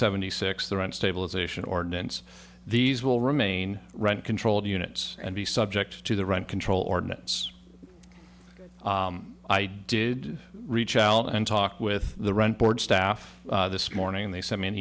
seventy six the rent stabilization ordinance these will remain rent controlled units and be subject to the rent control ordinance i did reach out and talk with the rent board staff this morning they sent me an